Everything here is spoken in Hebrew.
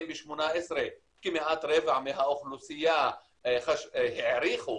אם ב-18' כמעט רבע מהאוכלוסייה העריכו